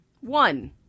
One